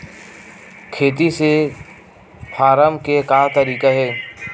खेती से फारम के का तरीका हे?